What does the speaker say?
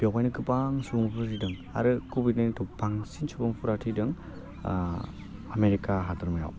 बेवहायनो गोबां सुबुंफ्रा थैदों आरो कभिड नाइन्टिनाव बांसिन सुबुफ्रा थैदों आमेरिका हादरमायाव